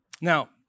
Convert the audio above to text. Now